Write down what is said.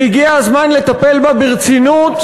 והגיע הזמן לטפל בה ברצינות,